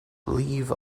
leave